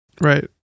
Right